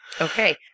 Okay